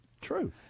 True